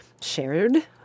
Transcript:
shared